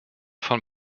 von